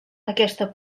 aquesta